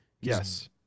Yes